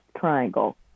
Triangle